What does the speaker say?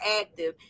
active